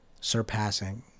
surpassing